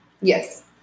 Yes